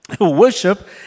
worship